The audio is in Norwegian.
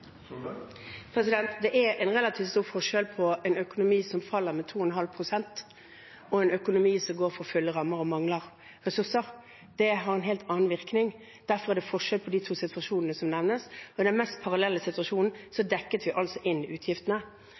Det er en relativt stor forskjell på en økonomi som faller med 2,5 pst., og en økonomi som går for fulle rammer og mangler ressurser. Det har en helt annen virkning. Derfor er det forskjell på de to situasjonene som ble nevnt. I den mest parallelle situasjonen dekket vi altså inn utgiftene.